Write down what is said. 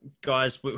guys